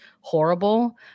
horrible